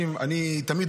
ממנו.